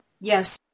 yes